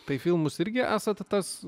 tai filmus irgi esat tas